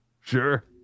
sure